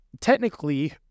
technically